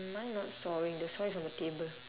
mine not sawing the saw is on the table